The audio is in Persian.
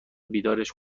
بیدارش